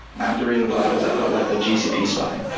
after reading the blog post, i felt like a gcp spy.